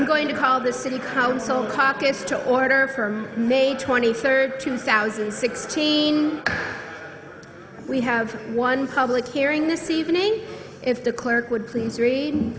i'm going to call the city council caucus to order from may twenty third two thousand and sixteen we have one public hearing this evening if the clerk would please read